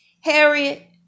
Harriet